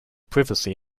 privacy